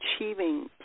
achieving